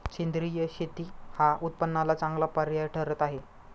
सेंद्रिय शेती हा उत्पन्नाला चांगला पर्याय ठरत आहे